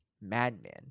madman